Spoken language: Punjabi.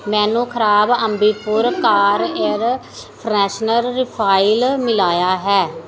ਮੈਨੂੰ ਖ਼ਰਾਬ Ambi Pur car air freshener refill ਮਿਲਿਆ ਹੈ